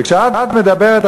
וכשאת מדברת,